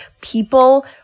people